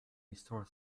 restore